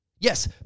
Yes